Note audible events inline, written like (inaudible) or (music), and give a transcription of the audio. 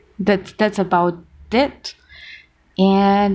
that that's about it (breath) and